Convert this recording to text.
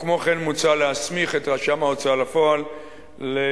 כמו כן מוצע להסמיך את רשם ההוצאה לפועל לזמן